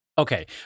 Okay